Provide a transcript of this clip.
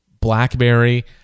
Blackberry